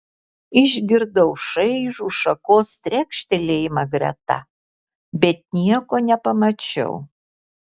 išgirdau šaižų šakos trekštelėjimą greta bet nieko nepamačiau